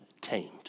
tamed